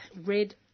red